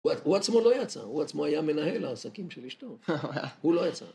הוא עצמו לא יצא, הוא עצמו היה מנהל העסקים של אשתו. הוא לא יצא.